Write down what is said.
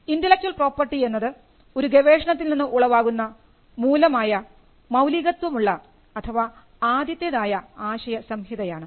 intellectual property എന്നത് ഒരു ഗവേഷണത്തിൽ നിന്ന് ഉളവാകുന്ന മൂലമായ മൌലികത്വം ഉള്ള അഥവാ ആദ്യത്തേതായ ആശയ സംഹിതയാണ്